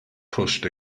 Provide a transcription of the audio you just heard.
pushed